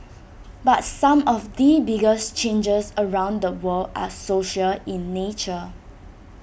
but some of the biggest changes around the world are social in nature